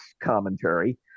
commentary